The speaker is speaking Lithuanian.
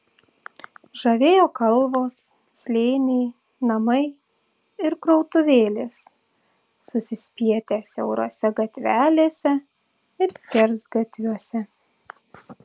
žavėjo kalvos slėniai namai ir krautuvėlės susispietę siaurose gatvelėse ir skersgatviuose